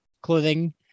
clothing